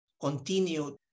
continued